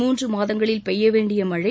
மூன்று மாதங்களில் பெய்ய வேண்டிய மழை